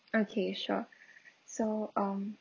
okay sure so um